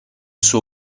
suo